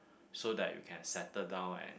so that you can settle down and